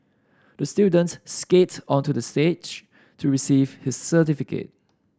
the student skated onto the stage to receive his certificate